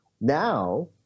Now